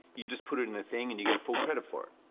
you just put it in the thing, and you get a full credit for it.